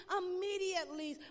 immediately